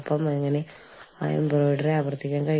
കാരണം എന്തുകൊണ്ടോ അവിടെ ഒരു വലിയ മഞ്ഞുവീഴ്ച ഉണ്ടായിട്ടുണ്ട്